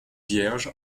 vierge